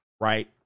right